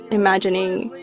imagining,